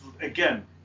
again